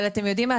אבל אתם יודעים מה?